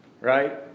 right